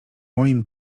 moim